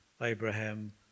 Abraham